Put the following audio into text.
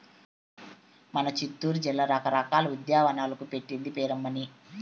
మన సిత్తూరు జిల్లా రకరకాల ఉద్యానవనాలకు పెట్టింది పేరమ్మన్నీ